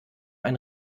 ein